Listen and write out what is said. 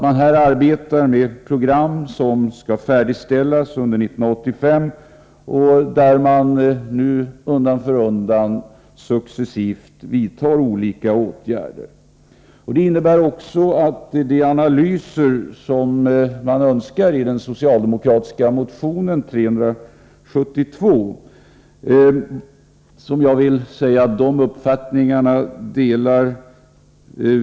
Man arbetar med program som skall färdigställas under 1985, och man vidtar successivt olika åtgärder. Det innebär också att de analyser som socialdemokraterna i sin motion 372 vill få till stånd är analyser som redan görs i departementet.